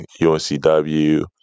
UNCW